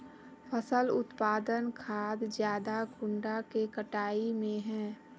फसल उत्पादन खाद ज्यादा कुंडा के कटाई में है?